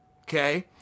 okay